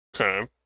Okay